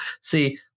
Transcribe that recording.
See